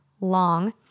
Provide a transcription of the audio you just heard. long